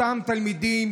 אותם תלמידים,